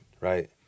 right